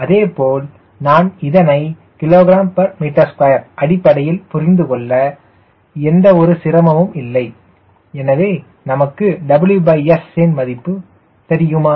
அதேபோல் நான் இதனை kgm2 அடிப்படையில் புரிந்துகொள்ள எந்த ஒரு சிரமமும் இல்லை எனவே நமக்கு WS யின் மதிப்பு தெரியுமா